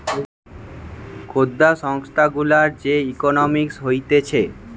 ক্ষুদ্র সংস্থা গুলার যে ইকোনোমিক্স হতিছে